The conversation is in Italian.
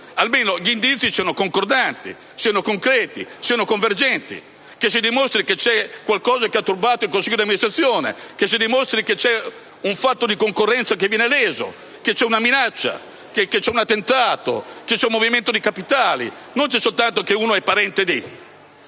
almeno gli indizi siano concordanti, concreti e convergenti, che si dimostri che c'è qualcosa che ha turbato il consiglio di amministrazione, che c'è un elemento di concorrenza che viene leso, che c'è una minaccia, un attentato, un movimento di capitali e non soltanto il fatto che qualcuno è «parente di».